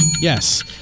Yes